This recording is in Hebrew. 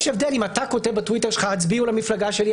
יש הבדל אם אתה כותב בטוויטר שלך: הצביעו למפלגה שלי,